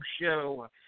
show